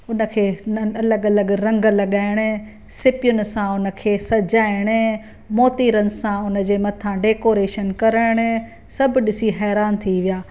उन खे न अलॻि अलॻि रंग लगाइणु सीपियुनि सां उन खे सजाइणु मोतीरनि सां हुन जे मथां डैकोरेशन करणु सभु ॾिसी हैरान थी विया